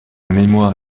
mémoire